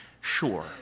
sure